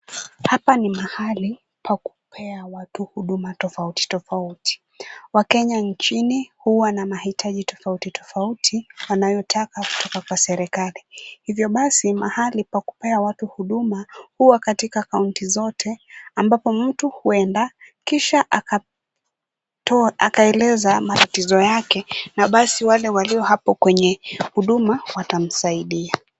Hapa ni mahali pa kupea watu huduma tofauti tofauti. Wakenya nchini huwa na mahitaji tofauti tofauti wanayotaka kutoka kwa serekali. Hivyo basi mahali pa kupea watu huduma huwa katika kaunti zote ambapo mtu huenda kisha akaeleza matatizo yake na basi wale walio hapo kwenye huduma watamsaidia.